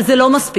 אבל זה לא מספיק.